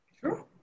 Sure